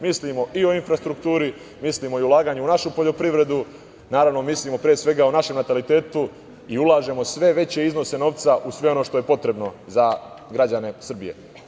Mislimo i o infrastrukturi, mislimo i o ulaganju u našu poljoprivredu, naravno mislimo pre svega o našem natalitetu i ulažemo sve veće iznose novca u sve ono što je potrebno za građane Srbije.